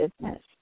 business